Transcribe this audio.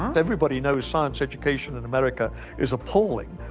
and everybody knows science education in america is appalling.